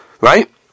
Right